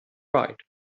right